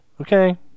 Okay